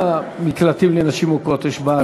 כמה מקלטים לנשים מוכות יש בארץ?